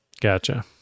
gotcha